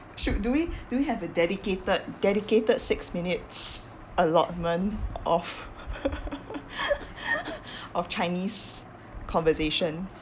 should do we do we have a dedicated dedicated six minutes allotment of of chinese conversation